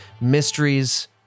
mysteries